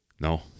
No